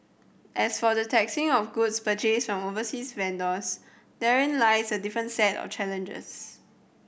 as for the taxing of goods purchased on overseas vendors therein lies a different set of challenges